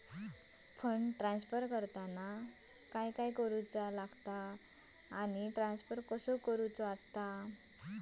Fund transfer करताना काय करुचा लगता आनी ट्रान्स्फर कसो करूचो?